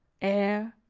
air,